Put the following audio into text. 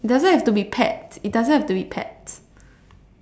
doesn't have to be pet it doesn't have to be pet